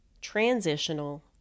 transitional